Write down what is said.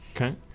Okay